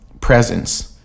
presence